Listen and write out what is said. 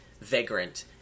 Vagrant